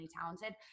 talented